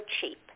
cheap